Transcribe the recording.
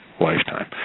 Lifetime